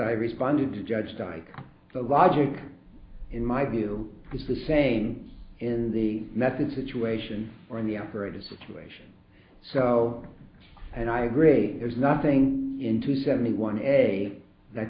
i responded to judge dyke the logic in my view is the same in the method situation or in the operative situation so and i agree there's nothing in two seventy one a that